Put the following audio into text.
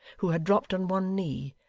who had dropped on one knee,